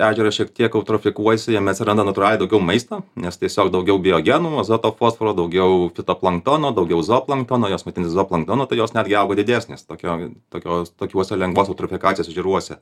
ežeras šiek tiek eutrofikuojasi jame atsiranda natūraliai daugiau maisto nes tiesiog daugiau biogenų azoto fosforo daugiau fitoplanktono daugiau zooplanktono jos maitinasi zooplanktonu tai jos netgi auga didesnės tokioj tokios tokiuose lengvos eutrofikacijos ežeruose